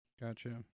Gotcha